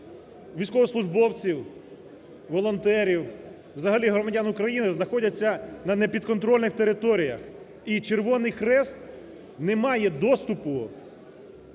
військовослужбовців, волонтерів, взагалі громадян України знаходяться на непідконтрольних територіях. І Червоний Хрест не має доступу